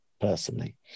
personally